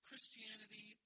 Christianity